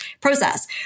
process